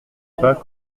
pas